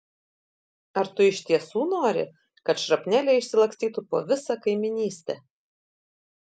ar tu iš tiesų nori kad šrapneliai išsilakstytų po visą kaimynystę